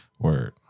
word